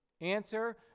Answer